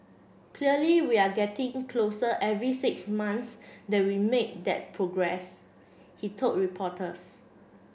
clearly we're getting closer every six months that we make that progress he told reporters